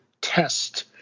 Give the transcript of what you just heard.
test